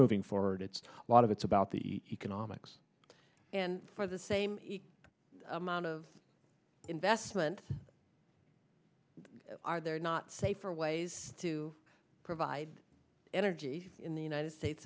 moving forward it's a lot of it's about the economics and for the same amount of investment there are not safer ways to provide energy in the united states